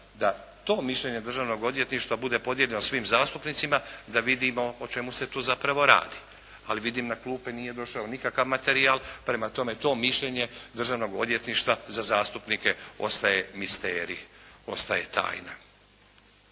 da to mišljenje Državnog odvjetništva bude podijeljeno svim zastupnicima da vidimo o čemu se tu zapravo radi. Ali vidim na klupe nije došao nikakav materijal. Prema tome, to mišljenje Državnog odvjetništva za zastupnike ostaje misterij, ostaje tajna.